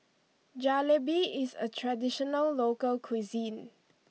Jalebi is a traditional local cuisine